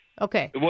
Okay